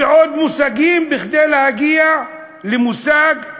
ועוד מושגים, כדי להגיע למושג,